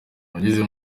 wageze